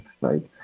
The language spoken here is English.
right